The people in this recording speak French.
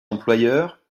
employeurs